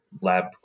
lab